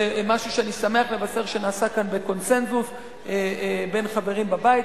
זה משהו שאני שמח לבשר שנעשה כאן בקונסנזוס בין חברים בבית,